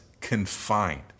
confined